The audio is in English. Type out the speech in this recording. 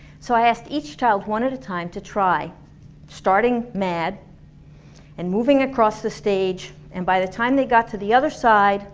so i asked each child, one at a time, to try starting mad and moving across the stage and by the time they got to the other side